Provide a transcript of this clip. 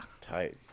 Tight